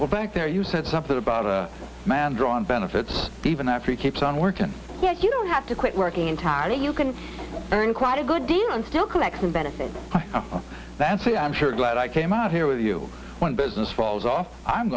while back there you said something about a man draw on benefits even after he keeps on workin yet you have to quit working entirely you can earn quite a good deal and still collect benefits that say i'm sure glad i came out here with you on business falls off i'm